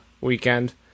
weekend